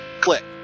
click